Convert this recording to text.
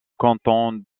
canton